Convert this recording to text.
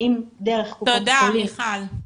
תודה, מיכל.